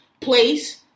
place